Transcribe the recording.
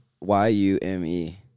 Y-U-M-E